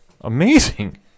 Amazing